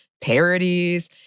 parodies